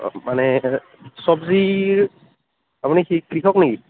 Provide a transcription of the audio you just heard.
মানে চবজিৰ আপুনি কৃষক নেকি